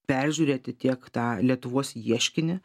peržiūrėti tiek tą lietuvos ieškinį